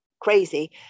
crazy